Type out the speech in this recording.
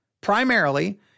primarily